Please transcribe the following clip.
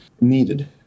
needed